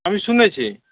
আমি শুনেছি